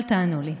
אל תענו לי.